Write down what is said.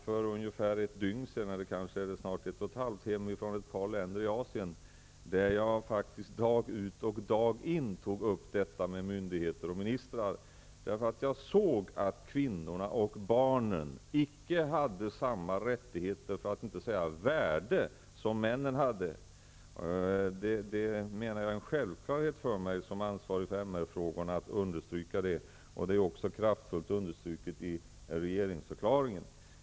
För ungefär ett eller ett och ett halvt dygn sedan kom jag hem från ett par länder i Asien, där jag faktiskt dag ut och dag in tog upp detta med myndigheter och ministrar, därför att jag såg att kvinnorna och barnen icke hade samma rättigheter -- för att inte säga värde -- som männen hade. Som ansvarig för MR-frågorna är det en självklarhet för mig att understryka vikten därav. Denna rättighet är också understruken i regeringsförklaringen.